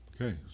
Okay